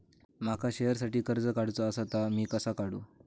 माका शेअरसाठी कर्ज काढूचा असा ता मी कसा काढू?